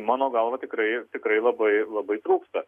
mano galva tikrai tikrai labai labai trūksta